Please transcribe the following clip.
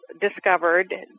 discovered